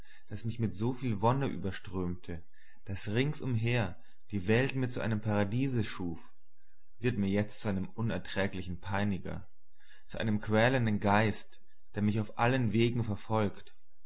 das mich mit so vieler wonne überströmte das rings umher die welt mir zu einem paradiese schuf wird mir jetzt zu einem unerträglichen peiniger zu einem quälenden geist der mich auf allen wegen verfolgt